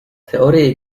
teorie